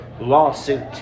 lawsuit